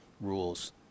rules